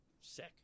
Sick